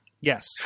Yes